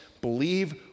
Believe